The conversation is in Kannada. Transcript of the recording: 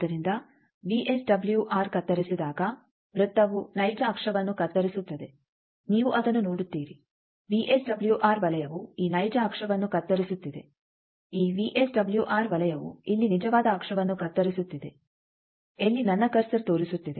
ಆದ್ದರಿಂದ ವಿಎಸ್ಡಬ್ಲ್ಯೂಆರ್ ಕತ್ತರಿಸಿದಾಗ ವೃತ್ತವು ನೈಜ ಅಕ್ಷವನ್ನು ಕತ್ತರಿಸುತ್ತದೆ ನೀವು ಅದನ್ನು ನೋಡುತ್ತೀರಿ ವಿಎಸ್ಡಬ್ಲ್ಯೂಆರ್ ವಲಯವು ಈ ನೈಜ ಅಕ್ಷವನ್ನು ಕತ್ತರಿಸುತ್ತಿದೆ ಈ ವಿಎಸ್ಡಬಲ್ಯುಆರ್ ವಲಯವು ಇಲ್ಲಿ ನಿಜವಾದ ಅಕ್ಷವನ್ನು ಕತ್ತರಿಸುತ್ತಿದೆ ಎಲ್ಲಿ ನನ್ನ ಕರ್ಸರ್ ತೋರಿಸುತ್ತಿದೆ